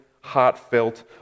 heartfelt